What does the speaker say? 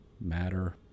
matter